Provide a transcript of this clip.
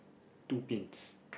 two pins